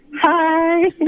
Hi